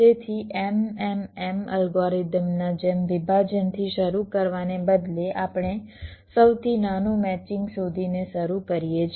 તેથી MMM અલ્ગોરિધમનાં જેમ વિભાજનથી શરૂ કરવાને બદલે આપણે સૌથી નાનું મેચિંગ શોધીને શરૂ કરીએ છીએ